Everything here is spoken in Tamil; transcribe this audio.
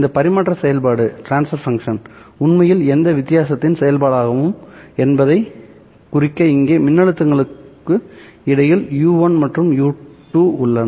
இந்த பரிமாற்ற செயல்பாடு உண்மையில் எந்த வித்தியாசத்தின் செயல்பாடாகும் என்பதைக் குறிக்க இங்கே மின்னழுத்தங்களுக்கு இடையில் u1 மற்றும் u2 உள்ளன